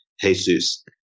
Jesus